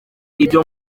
ibyo